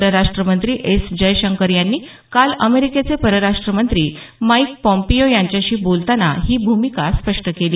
परराष्ट्रमंत्री एस जयशंकर यांनी काल अमेरिकेचे परराष्टमंत्री माईक पॉम्पियो यांच्याशी बोलताना ही भूमिका स्पष्ट केली